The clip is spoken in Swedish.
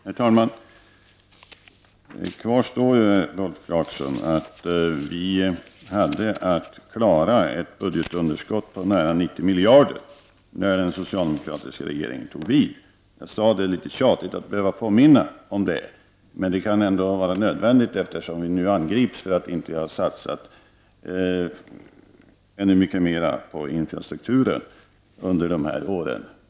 Herr talman! Faktum kvarstår dock, Rolf Clarkson, att när den socialdemokratiska regeringen tog vid hade vi att klara ett budgetunderskott på nära 90 miljarder. Jag sade att det är litet tjatigt att behöva påminna om det, men det kan vara nödvändigt eftersom vi nu angrips för att vi inte har satsat ännu mera på infrastrukturen under dessa år.